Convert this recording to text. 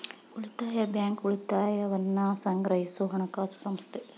ಉಳಿತಾಯ ಬ್ಯಾಂಕ್, ಉಳಿತಾಯವನ್ನ ಸಂಗ್ರಹಿಸೊ ಹಣಕಾಸು ಸಂಸ್ಥೆ